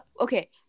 okay